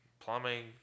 plumbing